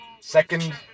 second